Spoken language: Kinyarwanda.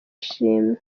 ishimwe